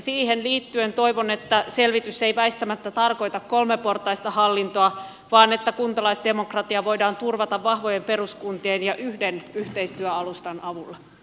siihen liittyen toivon että selvitys ei väistämättä tarkoita kolmeportaista hallintoa vaan että kuntalaisdemokratia voidaan turvata vahvojen peruskuntien ja yhden yhteistyöalustan avulla